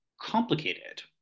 complicated